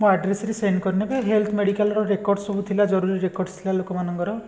ମୋ ଆଡ଼୍ରେସ୍ରେ ସେଣ୍ଡ୍ କରିନେବେ ହେଲ୍ଥ୍ ମେଡ଼ିକାଲ୍ର ରେକର୍ଡସ୍ ସବୁ ଥିଲା ଜରୁରୀ ରେକର୍ଡସ୍ ଥିଲା ଲୋକମାନଙ୍କର